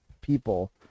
people